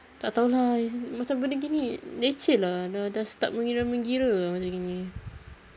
tak tahu lah it's macam benda gini leceh lah dah dah start kira mengira ah macam gini